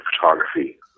photography